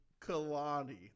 Kalani